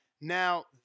Now